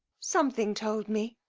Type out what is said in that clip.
something told me.